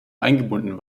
eingebunden